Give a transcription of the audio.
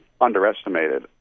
underestimated